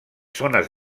zones